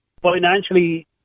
financially